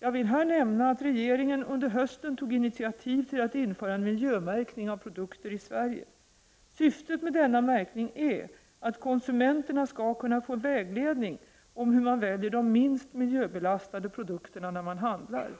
Jag vill här nämna att regeringen under hösten tog initiativ till att införa en miljömärkning av produkter i Sverige. Syftet med denna märkning är att konsumenterna skall kunna få väg ledning om hur man väljer de minst miljöbelastade produkterna när man handlar.